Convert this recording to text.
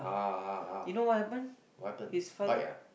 ah ah ah what happened bike ah